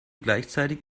gleichzeitig